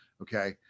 Okay